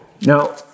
Now